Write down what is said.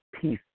peace